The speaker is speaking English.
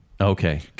Okay